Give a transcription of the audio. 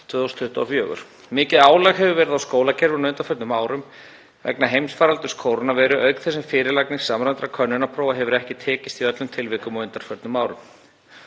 Mikið álag hefur verið á skólakerfinu á undanförnum árum vegna heimsfaraldurs kórónuveiru auk þess sem fyrirlagning samræmdra könnunarprófa hefur ekki tekist í öllum tilvikum á undanförnum árum.